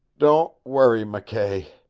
don't worry, mckay.